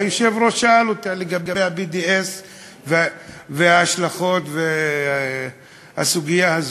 והיושב-ראש שאל אותה לגבי ה-BDS וההשלכות והסוגיה הזו.